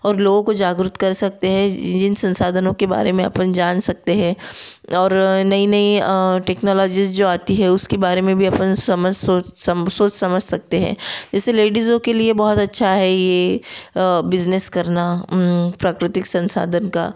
और लोगों को जागरूत कर सकते हैं जिन संसाधनों के बारे में अपन जान सकते हैं और नई नई टेक्नोलॉजीज़ जो आती है उसके बारे में भी अपन समझ सोस सोच समझ सकते हैं जैसे लेडीज़ लोग के लिए बहुत अच्छा है ये बिजनेस करना प्राकृतिक संसाधन का